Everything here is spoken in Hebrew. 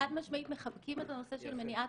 חד משמעית מחבקים את הנושא של מניעת